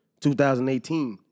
2018